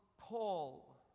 Paul